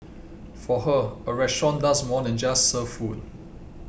for her a restaurant does more than just serve food